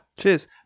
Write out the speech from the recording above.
Cheers